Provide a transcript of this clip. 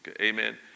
Amen